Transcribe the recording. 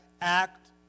act